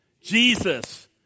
Jesus